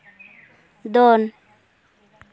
ᱫᱚᱱ